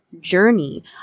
journey